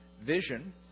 Vision